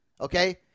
Okay